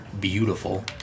beautiful